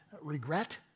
regret